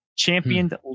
Championed